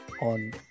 on